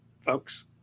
folks